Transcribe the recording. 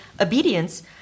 obedience